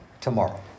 tomorrow